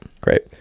Great